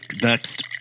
Next